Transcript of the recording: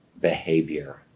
behavior